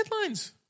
headlines